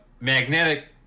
magnetic